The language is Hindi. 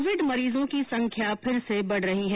कोविड मरीजों की संख्या फिर से बढ़ रही है